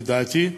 לדעתי,